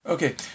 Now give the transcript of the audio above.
Okay